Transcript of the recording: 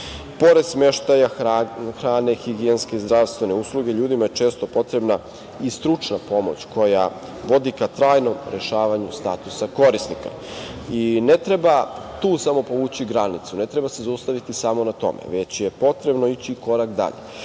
Pored smeštaja, hrane, higijenske, zdravstvene usluge ljudima je često potrebna i stručna pomoć koja vodi ka trajnom rešavanju statusa korisnika. Ne treba samo tu povući granicu, ne treba se zaustaviti samo na tome, već je potrebno ići korak dalje.